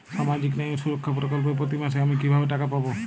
সামাজিক ন্যায় ও সুরক্ষা প্রকল্পে প্রতি মাসে আমি কিভাবে টাকা পাবো?